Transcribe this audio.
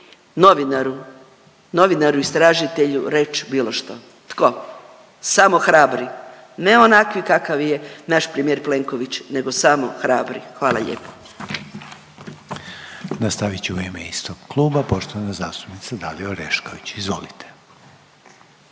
novinaru, novinaru istražitelju reći bilo što? Tko? Samo hrabri. Ne onakvi kakav je naš premijer Plenković, nego samo hrabri. Hvala lijepo. **Reiner, Željko (HDZ)** Nastavit će u ime istog kluba poštovana zastupnica Dalija Orešković. Izvolite.